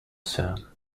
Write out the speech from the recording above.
sir